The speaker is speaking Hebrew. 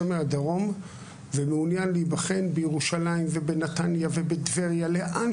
מהדרום ומעוניין להיבחן בירושלים ובנתניה ובטבריה לאן